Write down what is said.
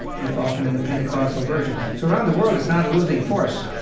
if often in the pentecostal version. so around the world, it's not a losing force.